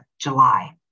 July